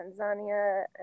Tanzania